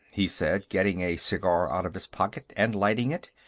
he said, getting a cigar out of his pocket and lighting it.